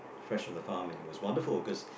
fresh on the farm and it was wonderful cause